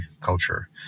culture